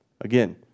Again